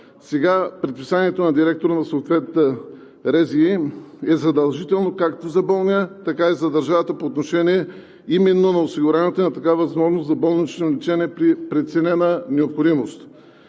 Сега предписанието на директора на съответната РЗИ е задължително както за болния, така и за държавата по отношение именно на осигуряването на такава възможност за болнично лечение при преценена необходимост.